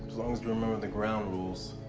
as long as you remember the ground rules.